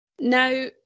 Now